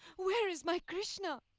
where is my krishna?